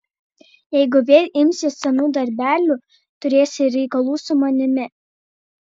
jeigu vėl imsies senų darbelių turėsi reikalų su manimi